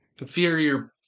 inferior